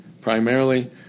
primarily